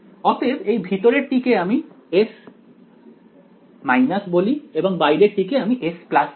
অতএব এই ভিতরের টি কে আমি S বলি এবং বাইরের টিকে আমি S বলি